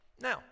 Now